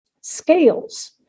scales